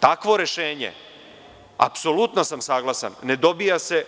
Takvo rešenje, apsolutno sam saglasan, ne dobija se